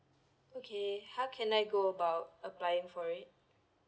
okay how can I go about applying for it